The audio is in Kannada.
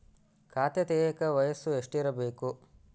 ಖಾತೆ ತೆಗೆಯಕ ವಯಸ್ಸು ಎಷ್ಟಿರಬೇಕು?